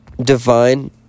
Divine